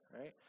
right